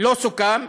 לא סוכם.